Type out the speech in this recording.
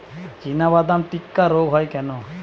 চিনাবাদাম টিক্কা রোগ হয় কেন?